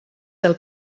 del